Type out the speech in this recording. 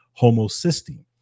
homocysteine